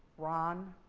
ron.